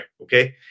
Okay